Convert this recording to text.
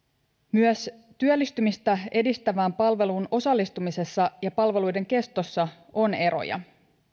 myös työllistymistä edistävään palveluun osallistumisessa ja palveluiden kestossa on eroja